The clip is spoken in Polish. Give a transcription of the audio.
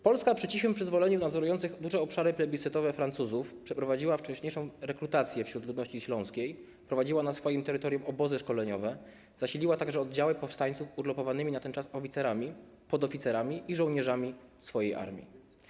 Polska przy cichym przyzwoleniu nadzorujących duże obszary plebiscytowe Francuzów przeprowadziła wcześniejszą rekrutację wśród ludności śląskiej, prowadziła na swoim terytorium obozy szkoleniowe, zasiliła także oddziały powstańców urlopowanymi na ten czas oficerami, podoficerami i żołnierzami swojej armii.